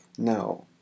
No